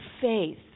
faith